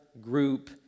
group